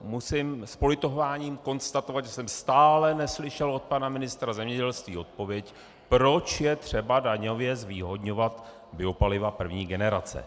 Musím s politováním konstatovat, že jsem stále neslyšel od pana ministra zemědělství odpověď, proč je třeba daňově zvýhodňovat biopaliva první generace.